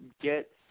Get